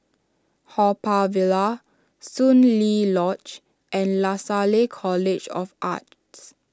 Haw Par Villa Soon Lee Lodge and Lasalle College of Arts